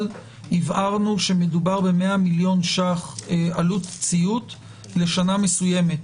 אבל הבהרנו שמדובר ב-100 מיליון ₪ עלות ציות לשנה מסוימת,